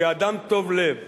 כאדם טוב-לב,